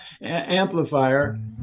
amplifier